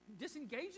disengage